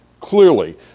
clearly